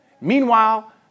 Meanwhile